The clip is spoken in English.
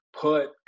put